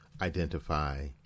identify